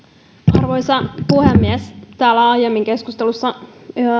arvoisa puhemies täällä aiemmin keskustelussa